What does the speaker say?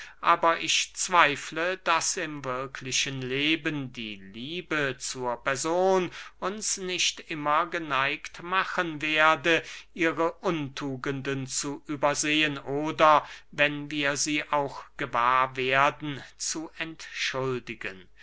aber ich zweifle daß im wirklichen leben die liebe zur person uns nicht immer geneigt machen werde ihre untugenden zu übersehen oder wenn wir sie auch gewahr werden zu entschuldigen